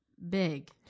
Big